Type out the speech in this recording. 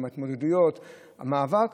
או "ההתמודדויות"; "המאבק".